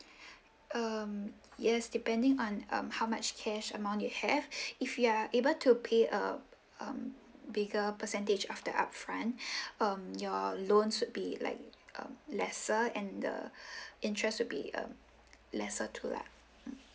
um yes depending on um how much cash amount you have if you are able to pay err um bigger percentage of the upfront um your loans would be like um lesser and the interest would be um lesser too lah mm